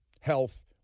health